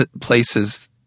places –